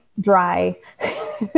Dry